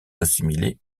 assimilé